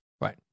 Right